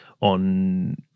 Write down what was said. on